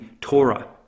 Torah